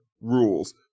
rules